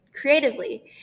creatively